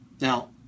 Now